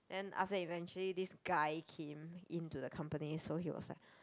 then after that eventually this guy came into the company so he was like